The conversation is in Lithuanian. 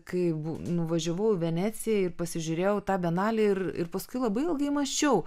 kai bu nuvažiavau į veneciją ir pasižiūrėjau tą bienalę ir ir paskui labai ilgai mąsčiau